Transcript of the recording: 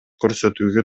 көрсөтүүгө